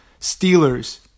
Steelers